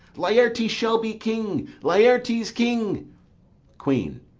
laertes shall be king! laertes king queen.